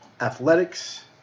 athletics